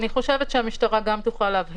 השאלה שלי היא אחרת,